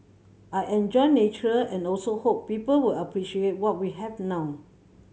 I enjoy nature and also hope people will appreciate what we have now